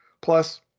Plus